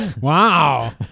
Wow